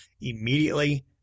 immediately